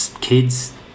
kids